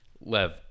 Lev